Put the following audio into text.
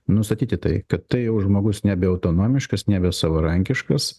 nustatyti tai kad tai jau žmogus nebeautonomiškas nebesavarankiškas